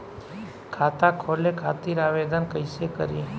खाता खोले खातिर आवेदन कइसे करी?